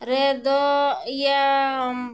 ᱨᱮᱫᱚ ᱤᱭᱟᱹ